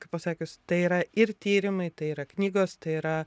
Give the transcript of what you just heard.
kaip pasakius tai yra ir tyrimai tai yra knygos tai yra